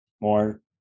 more